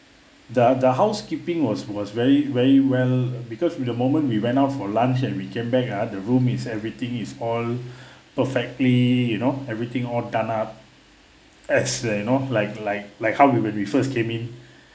the the housekeeping was was very very well because with the moment we went out for lunch and we came back ah the room is everything is all perfectly you know everything all done up as uh you know like like like how when we first came in